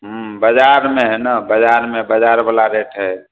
हूँ बजारमे हयने बजारमे बजारवला रेट हय